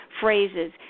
phrases